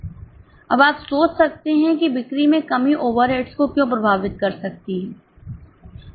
अब आप सोच सकते हैं कि बिक्री में कमी ओवरहेड्स को क्यों प्रभावित कर सकती है